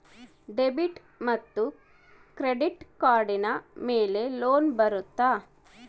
Debit ಮತ್ತು credit ಕಾರ್ಡಿನ ಮೇಲೆ ಲೋನ್ ಬರುತ್ತಾ?